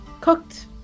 cooked